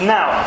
Now